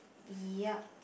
yup